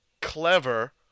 clever